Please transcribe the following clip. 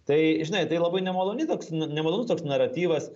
tai žinai tai labai nemaloni toks ne nemalonus toks naratyvas